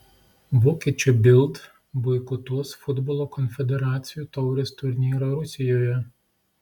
vokiečių bild boikotuos futbolo konfederacijų taurės turnyrą rusijoje